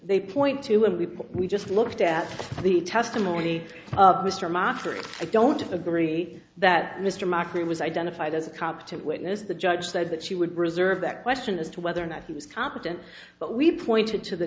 they point to a report we just looked at the testimony of mr masters i don't agree that mr markey was identified as a competent witness the judge said that she would reserve that question as to whether or not he was competent but we pointed to the